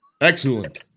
Excellent